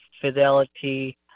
Fidelity